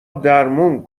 درمون